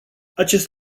acest